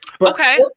Okay